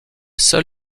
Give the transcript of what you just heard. seul